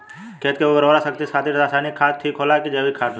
खेत के उरवरा शक्ति खातिर रसायानिक खाद ठीक होला कि जैविक़ ठीक होई?